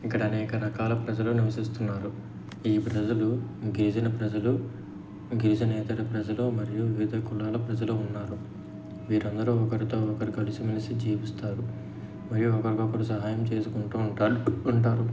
ఇక్కడ అనేక రకాల ప్రజలు నివసిస్తున్నారు ఈ ప్రజలు గిరిజన ప్రజలు గిరిజ నేతల ప్రజలు మరియు వివిధ కులాల ప్రజలు ఉన్నారు వీరందరూ ఒకరితో ఒకరు కలిసిమెలిసి జీపిస్తారు మరియు ఒకరికొకరు సహాయం చేసుకుంటూ ఉంట ఉంటారు ఉంటారు